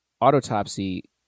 autopsy